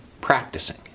practicing